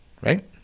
Right